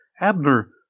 Abner